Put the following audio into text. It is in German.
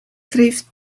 trifft